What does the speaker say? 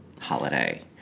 holiday